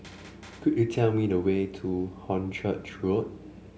could you tell me the way to Hornchurch Road